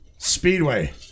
speedway